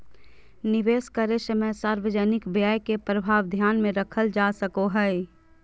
निवेश करे समय सार्वजनिक व्यय के प्रभाव ध्यान में रखल जा सको हइ